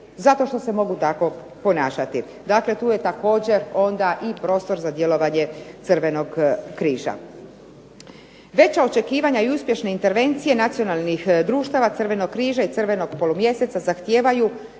zato što se mogu tako ponašati. Dakle, tu je također onda i prostor za djelovanje Crvenog križa. Veća očekivanja i uspješne intervencije nacionalnih društava Crvenog križa i Crvenog polumjeseca zahtijevaju